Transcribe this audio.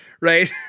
right